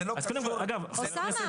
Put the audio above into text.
זה לא קשור --- אוסאמה,